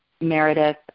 Meredith